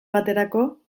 baterako